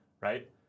right